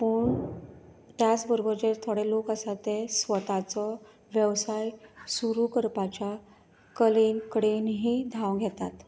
पूण त्याच बरोबर जे थोडे लोक आसात ते स्वताचो वेवसाय सुरू करपाच्या कले कडेन ही धांव घेतात